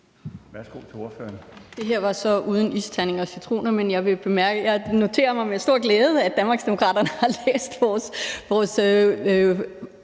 Sascha Faxe (ALT): Det var så uden isterninger og citroner, men jeg noterer mig med stor glæde, at Danmarksdemokraterne har læst vores